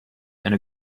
and